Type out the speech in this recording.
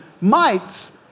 mites